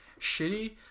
shitty